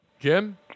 Jim